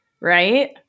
right